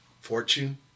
Fortune